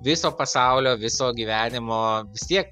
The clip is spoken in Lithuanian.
viso pasaulio viso gyvenimo vis tiek